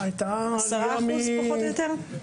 10% פחות או יותר?